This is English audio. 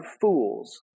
fools